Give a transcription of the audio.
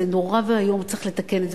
זה נורא ואיום וצריך לתקן את זה,